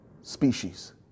species